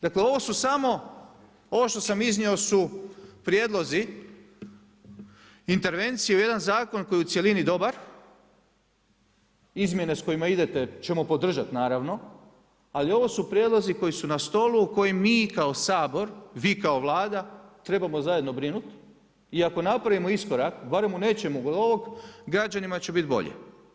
Dakle, ovo što sam iznio su prijedlozi intervencije u jedan zakon koji je u cjelini dobar, izmjene s kojima idete ćemo podržati, naravno, ali ovo su prijedlozi koji su na stolu, koji mi kao Sabor, vi kao Vlada, trebamo zajedno brinuti i ako napravimo iskorak barem u nečemu kod ovog, građanima će bit bolje.